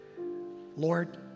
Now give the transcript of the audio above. Lord